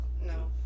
No